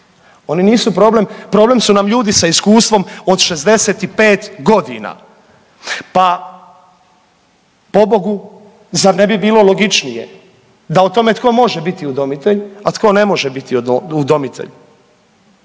Oni nisu problem, problem su nam ljudi sa iskustvom od 65 godina. Pa pobogu zar ne bi bilo logičnije da o tome tko može biti udomitelj, a tko ne može biti udomitelj